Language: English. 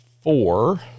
four